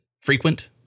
frequent